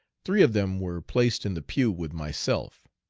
three of them were placed in the pew with myself.